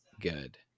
good